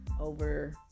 over